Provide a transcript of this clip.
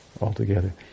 altogether